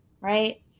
right